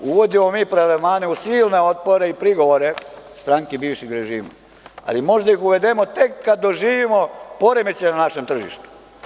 Uvodimo mi prelevmane uz silne otpore i prigovore stranke bivšeg režima, ali možda ih uvedemo tek kad doživimo poremećaj na našem tržištu.